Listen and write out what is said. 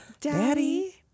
daddy